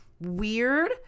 weird